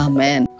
Amen